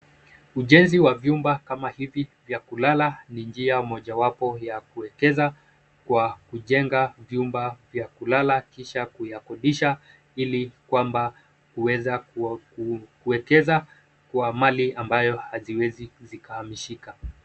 Ujenzi wa vyumba kama hivi vya kulala ni njia moja wapo ya kuwekeza kwa kujenga nyumba ya kulala kisha kuyakodisha ili kwamba kuweza kuwekeza kwa mali ambayo haziwezi zikaisha.